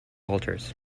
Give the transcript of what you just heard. cultures